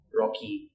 rocky